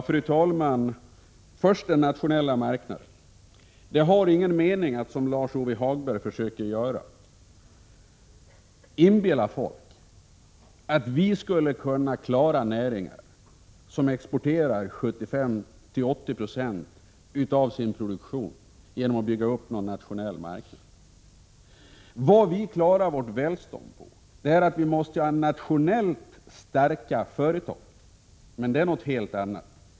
Fru talman! Först den nationella marknaden. Det har ingen mening att, som Lars-Ove Hagberg försöker göra, inbilla folk att vi genom att bygga upp en nationell marknad skulle kunna klara näringar som exporterar 75-80 96 av sin produktion. Vad vi klarar vårt välstånd på är nationellt starka företag, och det är något helt annat.